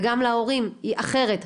וגם להורים היא אחרת.